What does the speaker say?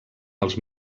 als